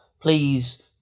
please